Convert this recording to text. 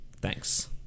Thanks